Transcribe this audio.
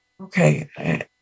Okay